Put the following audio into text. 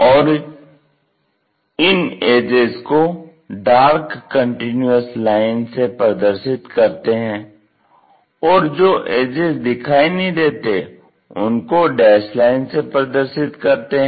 और इन एजेज को डार्क कंटीन्यूअस लाइन से प्रदर्शित करते हैं और जो एजेज दिखाई नहीं देते उनको डैस्ड लाइन से प्रदर्शित करते हैं